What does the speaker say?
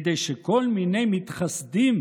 כדי שכל מיני מתחסדים